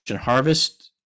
harvest